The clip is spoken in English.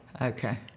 Okay